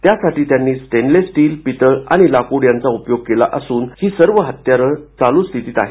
त्यासाठी त्यांनी stainless steel पितळ आणि लाकूड यांचा उपयोग केला असून ही सर्व हत्यारं चालू स्थितीत आहेत